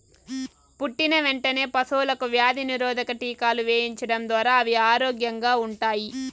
పుట్టిన వెంటనే పశువులకు వ్యాధి నిరోధక టీకాలు వేయించడం ద్వారా అవి ఆరోగ్యంగా ఉంటాయి